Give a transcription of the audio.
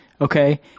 okay